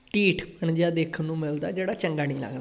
ਢੀਠਪਣ ਜਿਹਾ ਦੇਖਣ ਨੂੰ ਮਿਲਦਾ ਜਿਹੜਾ ਚੰਗਾ ਨਹੀਂ ਲੱਗਦਾ